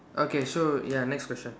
okay so ya next question